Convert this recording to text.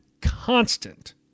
constant